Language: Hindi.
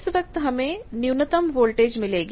इस वक्त हमें न्यूनतम वोल्टेज मिलेगी